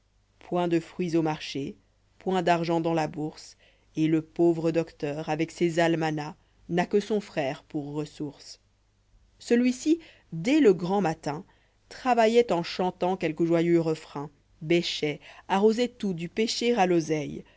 point de fruits au marché point d'argent dans la bourse et le pauvre docteur avec ses almanachs n'a que son frère pour ressource celui-ci dès le grand matin tlavailloit en chantant quelque joyeux refrain bêchoit arrosoit tout du pêcher à l'oseille